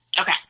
Okay